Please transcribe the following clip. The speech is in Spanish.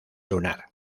lunar